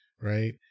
right